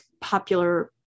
popular